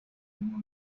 mismo